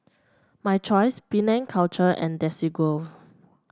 My Choice Penang Culture and Desigual